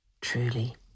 Truly